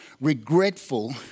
regretful